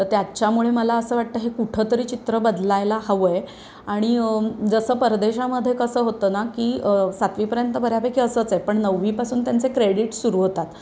तर त्याच्यामुळे मला असं वाटतं हे कुठंतरी चित्र बदलायला हवं आहे आणि जसं परदेशामध्ये कसं होतं ना की सातवीपर्यंत बऱ्यापैकी असंच आहे पण नववीपासून त्यांचे क्रेडीट सुरू होतात